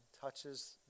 touches